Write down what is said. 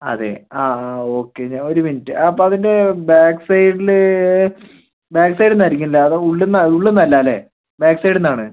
ആ അതെ ആ ആ ഓക്കെ ഞാൻ ഒരു മിനിറ്റ് അപ്പം അതിൻ്റെ ബാക്ക് സൈഡിൽ ബാക്ക് സൈഡിൽ നിന്ന് ആയിരിക്കും അല്ലെ അതോ ഉള്ളിൽ നിന്ന് ഉള്ളിൽ നിന്ന് അല്ല അല്ലെ ബാക്ക് സൈഡിൽ നിന്ന് ആണ്